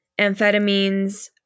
amphetamines